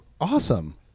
awesome